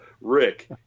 Rick